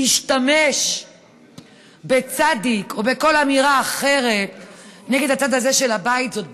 להשתמש בצ' או בכל אמירה אחרת נגד הצד הזה של הבית זאת בושה,